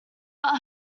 but